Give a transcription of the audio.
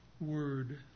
word